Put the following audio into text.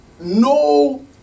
no